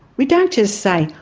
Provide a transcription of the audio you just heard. we don't just say,